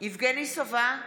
יבגני סובה,